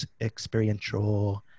experiential